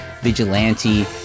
Vigilante